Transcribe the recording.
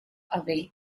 away